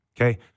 okay